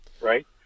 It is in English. right